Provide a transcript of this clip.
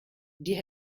die